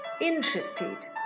Interested